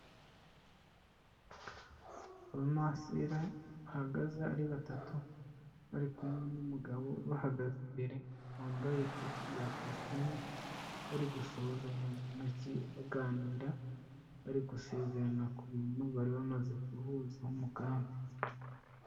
Abamasera bahagaze ari batatu, bari kumwe n'umugabo ubahagaze imbere wambaye ikoti rya kositimu, bari gusuhuzanya mu ntoki baganira, bari gusezerana ku bintu bari bamaze guhuzaho umugambi.